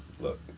look